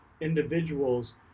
individuals